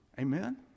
Amen